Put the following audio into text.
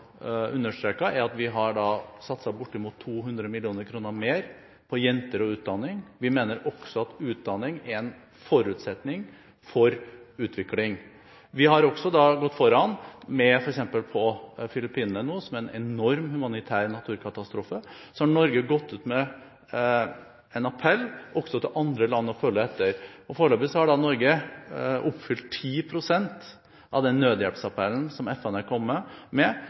at vi har satset bortimot 200 mill. kr mer på jenter og utdanning. Vi mener også at utdanning er en forutsetning for utvikling. Norge har gått foran, f.eks. nå på Filippinene, hvor det er en enorm humanitær katastrofe, ved at vi har gått ut med en appell også til andre land om å følge etter. Foreløpig har Norge oppfylt 10 pst. av den nødhjelpsappellen som FN har kommet med,